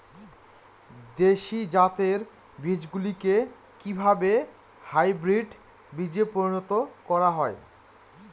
দেশি জাতের বীজগুলিকে কিভাবে হাইব্রিড বীজে পরিণত করা হয়?